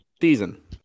season